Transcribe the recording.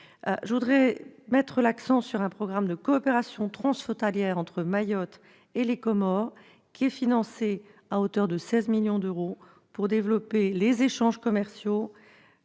Je souhaite mettre l'accent sur un programme de coopération transfrontalière entre Mayotte et les Comores, qui est financé à hauteur de 16 millions d'euros, pour développer les échanges commerciaux,